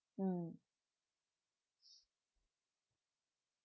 mm